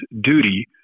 duty